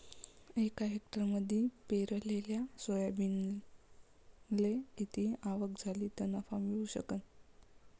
एका हेक्टरमंदी पेरलेल्या सोयाबीनले किती आवक झाली तं नफा मिळू शकन?